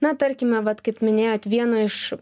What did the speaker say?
na tarkime vat kaip minėjot vieno iš